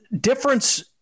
difference